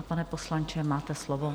Pane poslanče, máte slovo.